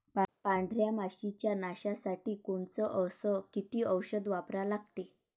पांढऱ्या माशी च्या नाशा साठी कोनचं अस किती औषध वापरा लागते?